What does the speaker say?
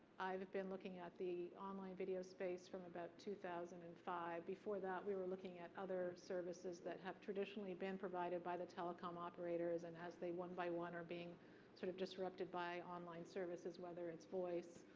i've been looking at the online video space from about two thousand and five. before that, we were looking at other services that have traditionally been provided by the telecomm operators, and as they one by one are being sort of disrupted by online services, whether it's voice,